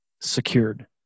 secured